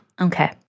Okay